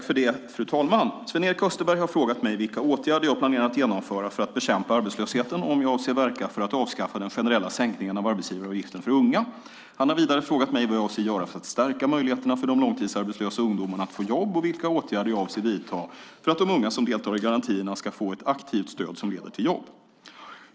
Fru talman! Sven-Erik Österberg har frågat mig vilka åtgärder jag planerar att genomföra för att bekämpa arbetslösheten och om jag avser att verka för att avskaffa den generella sänkningen av arbetsgivaravgiften för unga. Han har vidare frågat mig vad jag avser att göra för att stärka möjligheterna för de långtidsarbetslösa ungdomarna att få jobb och vilka åtgärder jag avser att vidta för att de unga som deltar i garantierna ska få ett aktivt stöd som leder till jobb.